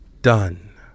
done